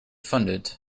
funded